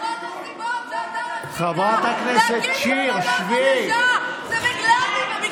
אחת הסיבות שאתה רצית להקים מפלגה חדשה זה בגלל התפקידים האלה.